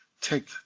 take